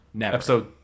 Episode